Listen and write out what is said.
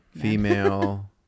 female